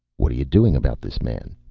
what are you doing about this man?